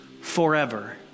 forever